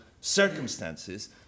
circumstances